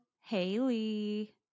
Haley